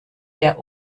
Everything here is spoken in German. der